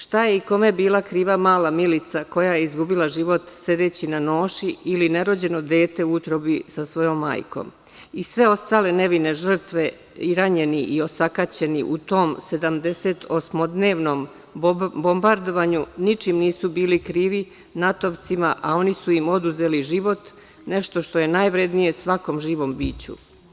Šta je i kome bila kriva mala Milica, koja je izgubila život sedeći na noši ili nerođeno dete u utrobi sa svojom majkom i sve ostale nevine žrtve i ranjeni i osakaćeni u tom sedamdesetosmodnevnom bombardovanju ničim nisu bili krivi NATO-vcima, a oni su im oduzeli život, nešto što je najvrednije svakom živom biću?